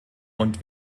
und